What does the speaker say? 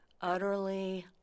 utterly